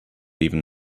even